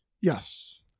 Yes